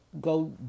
go